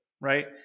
right